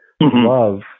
love